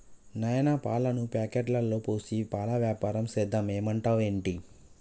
నాయనా పాలను ప్యాకెట్లలో పోసి పాల వ్యాపారం సేద్దాం ఏమంటావ్ ఏంటి